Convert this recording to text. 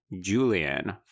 Julian